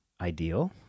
ideal